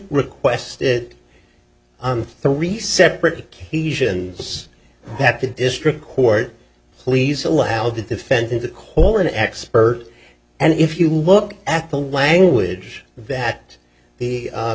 requested on three separate occasions that the district court please allow the defendant to call an expert and if you look at the language that the